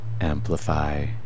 amplify